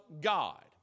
God